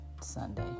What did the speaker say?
Sunday